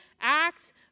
act